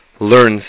learns